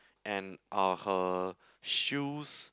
and are her shoes